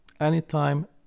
anytime